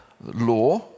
law